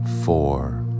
four